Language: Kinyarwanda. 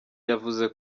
yavuze